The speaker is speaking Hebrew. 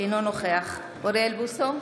אינו נוכח אוריאל בוסו,